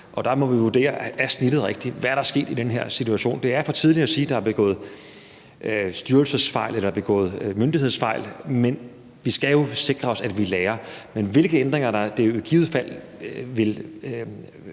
ligger rigtigt. Hvad er der sket i den her situation? Det er for tidligt at sige, at der er begået styrelsesfejl eller begået myndighedsfejl, men vi skal jo sikre os, at vi lærer af det. Men hvilke ændringer der i givet fald vil